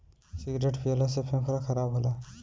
cigarette पियला से फेफड़ा खराब होला